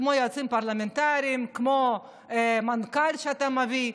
כמו יועצים פרלמנטריים וכמו מנכ"ל שאתה מביא.